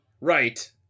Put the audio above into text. Right